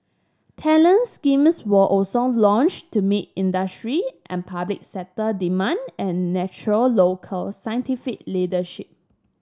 talent schemes were also launched to meet industry and public sector demand and nurture local scientific leadership